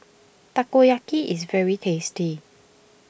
Takoyaki is very tasty